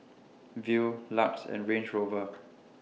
Viu LUX and Range Rover